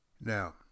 Now